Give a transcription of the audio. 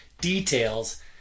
details